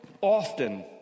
often